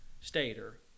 stator